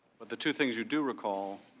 but the two things you do recall